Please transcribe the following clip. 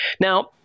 Now